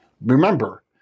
Remember